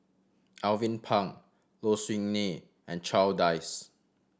Alvin Pang Low Siew Nghee and Charles Dyce